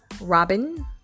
Robin